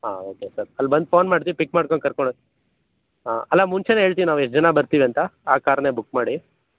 ಹಾಂ okay sir ಅಲ್ಲಿ ಬಂದು ಫೋನ್ ಮಾಡ್ತೀವಿ ಪಿಕ್ ಮಾಡ್ಕೊಂಡು ಕರ್ಕೊಂಡು ಹೋಗಿ ಹಾಂ ಅಲ್ಲ ಮುಂಚೇನೆ ಹೇಳ್ತೀವಿ ನಾವು ಎಷ್ಟು ಜನ ಬರ್ತೀವಂತ ಆ ಕಾರ್ನೇ ಬುಕ್ ಮಾಡಿ